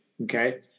okay